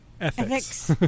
Ethics